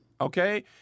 Okay